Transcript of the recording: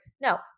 no